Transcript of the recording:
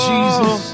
Jesus